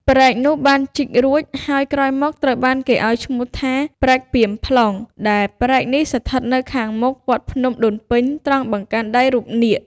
ព្រែកនោះបានជីករួច ហើយក្រោយមកត្រូវបានគេឱ្យឈ្មោះថា "ព្រែកពាមផ្លុង" ដែលព្រែកនេះស្ថិតនៅខាងមុខ វត្តភ្នំដូនពេញ ត្រង់បង្កាន់ដៃរូបនាគ។